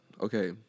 Okay